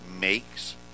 makes